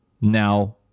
Now